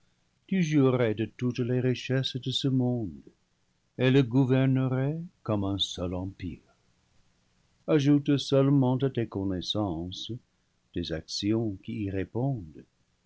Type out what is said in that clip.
tu jouirais de toutes les richesses de ce monde et le gouverne rais comme un seul empire ajoute seulement à tes connais sances des actions qui y répondent